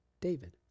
David